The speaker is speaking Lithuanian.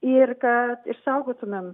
ir kad išsaugotumėm